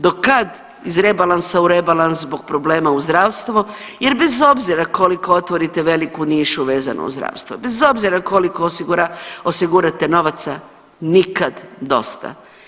Do kad iz rebalansa u rebalans zbog problema u zdravstvo jer bez obzira koliko otvorite veliku nišu uz zdravstvo, bez obzira koliko osigurate novaca nikad dosta.